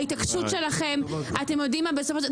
ההחרגה שלו לא תופסת,